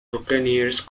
buccaneers